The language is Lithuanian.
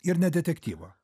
ir ne detektyvo